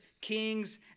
kings